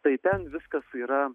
tai ten viskas yra